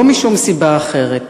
לא משום סיבה אחרת.